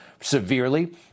severely